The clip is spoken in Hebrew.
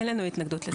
אין לנו התנגדות לזה.